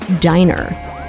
Diner